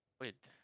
Wait